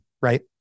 right